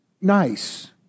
nice